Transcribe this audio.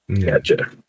Gotcha